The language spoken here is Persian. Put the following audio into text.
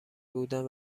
بودن